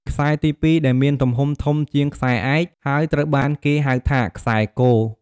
ខ្សែទី ២ ដែលមានទំហំ ធំជាងខ្សែឯក ហើយត្រូវបានគេហៅថា ខ្សែគ។